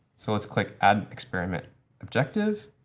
so let's click add experiment objective.